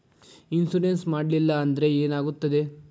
Insurance ಮಾಡಲಿಲ್ಲ ಅಂದ್ರೆ ಏನಾಗುತ್ತದೆ?